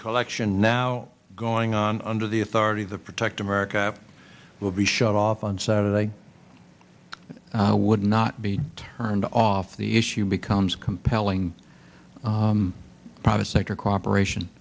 collection now going on under the authority of the protect america will be shut off on saturday would not be turned off the issue becomes compelling private sector cooperation